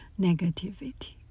negativity